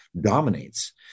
dominates